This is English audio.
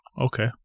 Okay